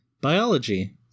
Biology